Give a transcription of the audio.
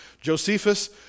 Josephus